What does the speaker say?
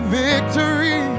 victory